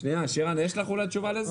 שנייה, שירן יש לך אולי תשובה לזה?